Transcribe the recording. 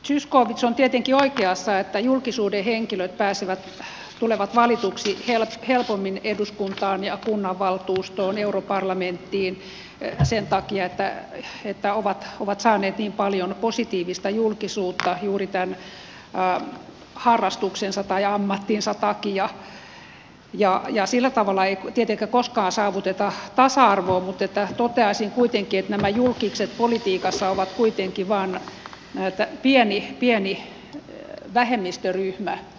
zyskowicz on tietenkin oikeassa siinä että julkisuuden henkilöt tulevat valituksi helpommin eduskuntaan ja kunnanvaltuustoon europarlamenttiin sen takia että ovat saaneet niin paljon positiivista julkisuutta juuri harrastuksensa tai ammattinsa takia ja sillä tavalla ei tietenkään koskaan saavuteta tasa arvoa mutta toteaisin kuitenkin että nämä julkkikset politiikassa ovat kuitenkin vain pieni pieni vähemmistöryhmä